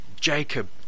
Jacob